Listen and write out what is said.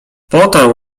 potarł